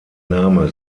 name